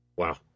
Wow